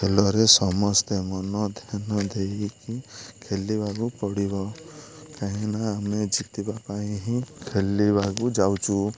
ଖେଳରେ ସମସ୍ତେ ମନ ଧ୍ୟାନ ଦେଇକି ଖେଳିବାକୁ ପଡ଼ିବ କାହିଁନା ଆମେ ଜିତିବା ପାଇଁ ହିଁ ଖେଳିବାକୁ ଯାଉଛୁ